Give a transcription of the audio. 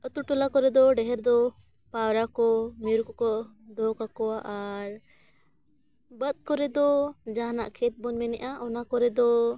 ᱟᱛᱳ ᱴᱚᱞᱟ ᱠᱚᱨᱮ ᱫᱚ ᱰᱮᱦᱨ ᱫᱚ ᱯᱟᱣᱨᱟ ᱠᱚ ᱢᱤᱨᱩ ᱠᱚᱠᱚ ᱫᱚᱦᱚ ᱠᱟᱠᱚᱣᱟ ᱟᱨ ᱵᱟᱹᱫᱽ ᱠᱚᱨᱮ ᱫᱚ ᱡᱟᱦᱟᱱᱟᱜ ᱠᱷᱮᱛ ᱵᱚᱱ ᱢᱮᱱᱮᱜᱼᱟ ᱚᱱᱟ ᱠᱚᱨᱮ ᱫᱚ